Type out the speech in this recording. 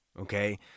okay